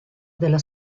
della